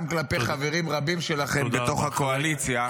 גם כלפי חברים רבים שלכם בתוך הקואליציה,